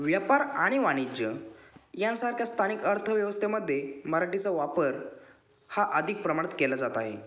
व्यापार आणि वाणिज्य यासारख्या स्थानिक अर्थव्यवस्थेमध्ये मराठीचा वापर हा अधिक प्रमाणात केला जात आहे